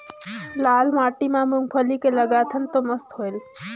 लाल माटी म मुंगफली के लगाथन न तो मस्त होयल?